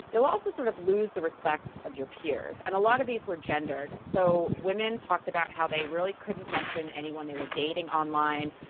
you'll also sort of lose the respect of your peers. and a lot of these were gendered. so women talked about how they really couldn't mention anyone they were dating online.